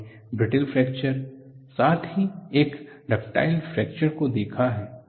हमने brittle fracture साथ ही एक डक्टाइल फ्रैक्चर को देखा है